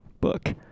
book